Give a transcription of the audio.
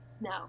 no